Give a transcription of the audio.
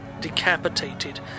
decapitated